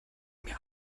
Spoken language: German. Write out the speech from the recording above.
mir